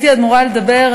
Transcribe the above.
הייתי אמורה לדבר,